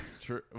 true